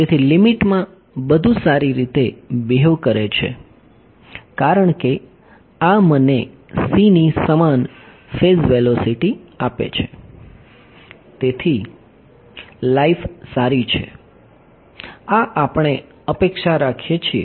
તેથી લિમિટમાં બધું સારી રીતે બિહેવ કરે છે કારણ કે આ મને c ની સમાન ફેઝ વેલોસિટી આપે છે તેથી લાઈફ સારી છે આ આપણે અપેક્ષા રાખીએ છીએ